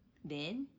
then